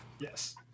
Yes